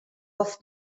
golf